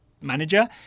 manager